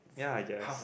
ya I guess